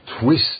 twist